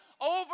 over